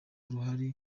uruhare